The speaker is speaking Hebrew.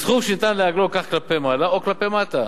סכום שניתן לעגלו כך כלפי מעלה או כלפי מטה,